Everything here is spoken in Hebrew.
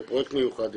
בפרויקט מיוחד,